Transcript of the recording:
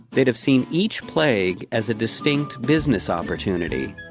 they'd have seen each plague as a distinct business opportunity.